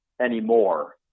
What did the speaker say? anymore